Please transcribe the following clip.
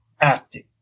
acting